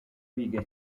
wiga